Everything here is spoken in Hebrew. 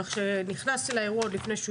כך שהאירוע נכנס אלי עוד לפני שהוא